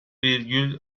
virgül